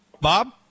Bob